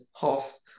half